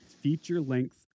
feature-length